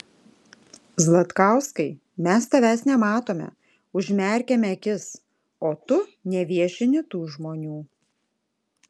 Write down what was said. zlatkauskai mes tavęs nematome užmerkiame akis o tu neviešini tų žmonių